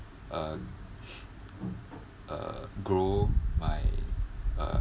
uh uh grow my uh